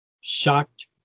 shocked